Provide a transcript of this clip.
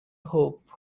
hope